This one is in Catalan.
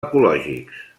ecològics